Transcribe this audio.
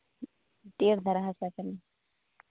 ᱢᱟᱹᱴᱭᱟᱹᱲ ᱫᱷᱟᱨᱟ ᱦᱟᱥᱟ ᱠᱟᱱᱟ